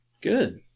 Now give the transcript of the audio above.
Good